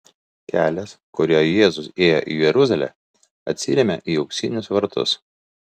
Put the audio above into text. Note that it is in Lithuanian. kelias kuriuo jėzus įėjo į jeruzalę atsiremia į auksinius vartus